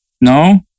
No